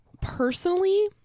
personally